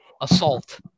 Assault